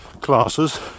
classes